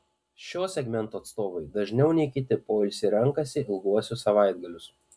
šio segmento atstovai dažniau nei kiti poilsiui renkasi ilguosius savaitgalius